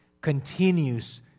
continues